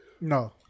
No